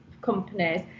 companies